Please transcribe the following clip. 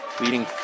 leading